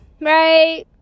right